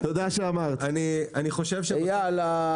איל,